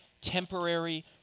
temporary